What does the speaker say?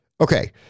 Okay